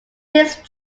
these